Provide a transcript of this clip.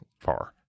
far